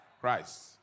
Christ